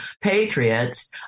patriots